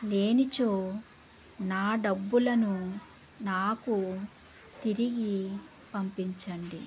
లేనిచో నా డబ్బులను నాకు తిరిగి పంపించండి